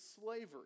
slavery